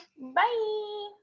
Bye